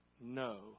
No